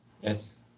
Yes